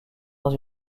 dans